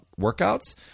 workouts